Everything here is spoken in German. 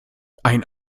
ein